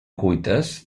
cuites